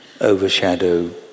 overshadow